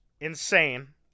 insane